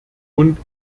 und